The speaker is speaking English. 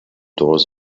doors